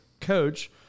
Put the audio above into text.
coach